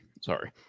Sorry